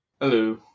hello